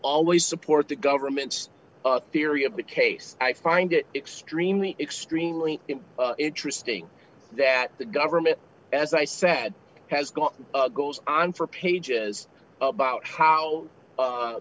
always support the government's theory of the case i find it extremely extremely interesting that the government as i said has gone goes on for pages about how